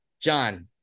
John